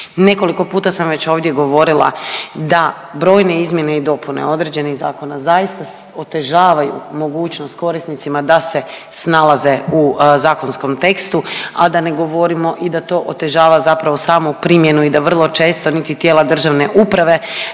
Nekoliko puta sam već ovdje govorila da brojne izmjene i dopune određenih zakona zaista otežavaju mogućnost korisnicima da se snalaze u zakonskom tekstu, a da ne govorimo o da to otežava zapravo samu primjeni i da vrlo često niti tijela državne uprave